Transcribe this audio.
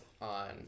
on